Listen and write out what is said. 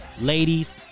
Ladies